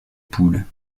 poule